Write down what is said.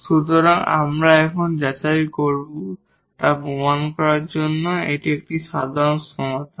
সুতরাং আমরা এখন যা যাচাই করব তা প্রমাণ করার জন্য যে এটি একটি সাধারণ সমাধান